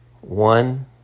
One